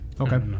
okay